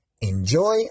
Enjoy